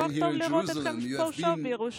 כל כך טוב לראות אתכם פה בירושלים.